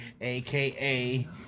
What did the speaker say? aka